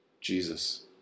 Jesus